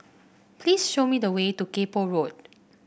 please show me the way to Kay Poh Road